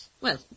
Well